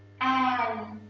and,